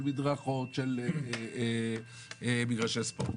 של מדרכות ושל מגרשי ספורט.